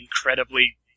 incredibly